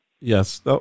Yes